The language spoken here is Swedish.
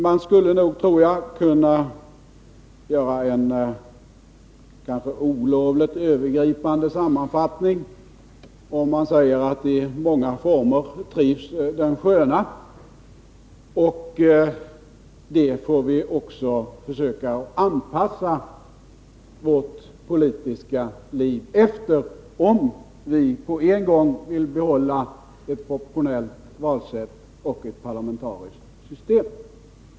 Man skulle nog kunna göra en kanske olovligt övergripande sammanfattning, om man säger att i många former trivs den sköna. Det får vi också försöka anpassa vårt politiska liv efter, om vi på en gång vill behålla ett proportionellt valsätt och ett parlamentariskt system.